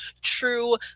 true